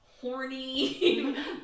horny